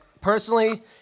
Personally